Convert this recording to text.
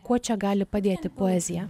kuo čia gali padėti poezija